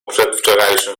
przedwczorajszym